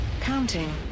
Counting